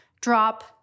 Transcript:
drop